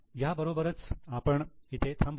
याबरोबरच आपण इथे थांबू